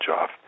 off